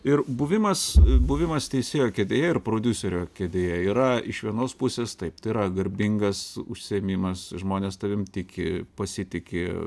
ir buvimas buvimas teisėjo kėdėje ir prodiuserio kėdėje yra iš vienos pusės taip tai yra garbingas užsiėmimas žmonės tavim tiki pasitiki